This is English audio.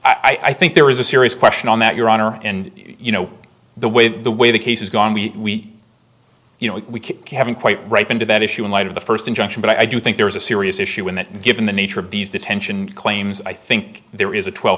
never i think there is a serious question on that your honor and you know the way the way the case has gone we you know we haven't quite right into that issue in light of the first injunction but i do think there is a serious issue in that given the nature of these detention claims i think there is a twelve